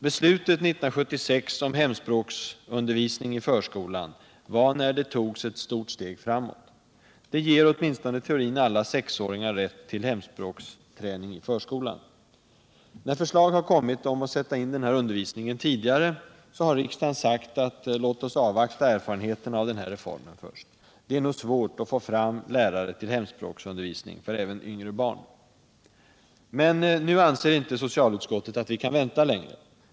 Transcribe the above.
Beslutet 1976 om hemspråksundervisningen i förskolan var, när det togs, ett stort steg framåt. Det ger åtminstone i teorin alla sexåringar rätt till hemspråksträning i förskolan. När förslag har kommit om att sätta in denna undervisning tidigare, har riksdagen sagt: Låt oss avvakta erfarenheterna av denna reform. Det är nog svårt att få fram lärare till hemspråksundervisning för även yngre barn. Men nu anser inte socialutskottet att vi kan vänta längre.